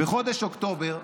בחודש אוקטובר,